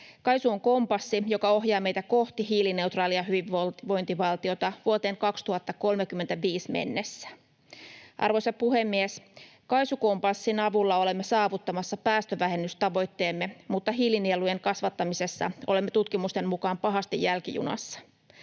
KAISU on kompassi, joka ohjaa meitä kohti hiilineutraalia hyvinvointivaltiota vuoteen 2035 mennessä. Arvoisa puhemies! KAISU-kompassin avulla olemme saavuttamassa päästövähennystavoitteemme, mutta hiilinielujen kasvattamisessa olemme tutkimusten mukaan pahasti jälkijunassa.